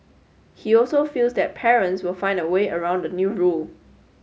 he also feels that parents will find a way around the new rule